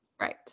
Right